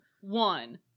One